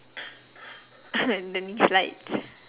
the knee slides